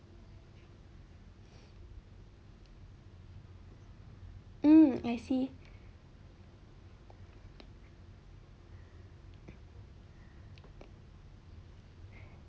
mm I see